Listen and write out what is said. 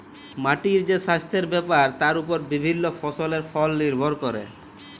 মাটির যে সাস্থের ব্যাপার তার ওপর বিভিল্য ফসলের ফল লির্ভর ক্যরে